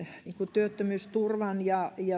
työttömyysturvan ja